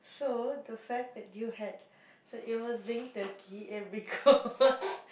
so the fact that you had so it was being Turkey it because